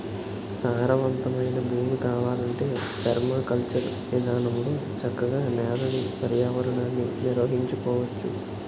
సారవంతమైన భూమి కావాలంటే పెర్మాకల్చర్ ఇదానంలో చక్కగా నేలని, పర్యావరణాన్ని నిర్వహించుకోవచ్చు